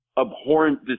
abhorrent